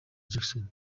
jackson